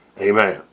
Amen